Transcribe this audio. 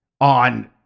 on